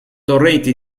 torrenti